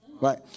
Right